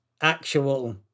actual